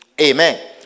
Amen